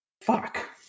Fuck